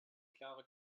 klare